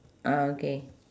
ah okay